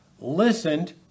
listened